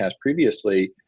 previously